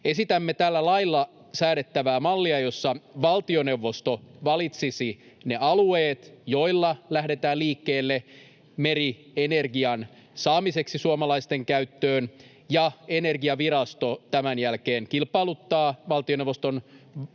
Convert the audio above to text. Esitämme tällä lailla säädettävää mallia, jossa valtioneuvosto valitsisi ne alueet, joilla lähdetään liikkeelle merienergian saamiseksi suomalaisten käyttöön. Energiavirasto tämän jälkeen kilpailuttaa valtioneuvoston